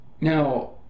Now